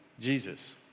Jesus